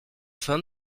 fin